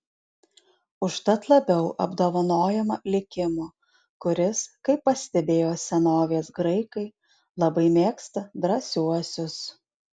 užtat labiau apdovanojama likimo kuris kaip pastebėjo senovės graikai labai mėgsta drąsiuosius